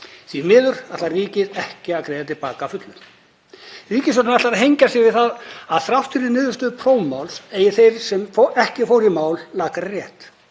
Því miður ætlar ríkið ekki að greiða til baka að fullu. Ríkisstjórnin ætlar að hengja sig í það að þrátt fyrir niðurstöðu prófmáls eigi þeir sem ekki fóru í mál lakari rétt.